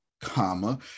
comma